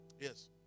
Yes